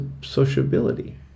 sociability